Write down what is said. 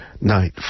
Night